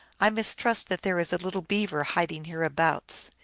i mis trust that there is a little beaver hiding hereabouts.